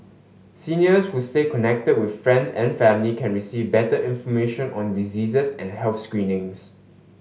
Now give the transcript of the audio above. seniors who stay connected with friends and family can receive better information on diseases and health screenings